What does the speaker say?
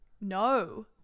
No